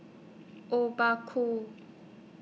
Obaku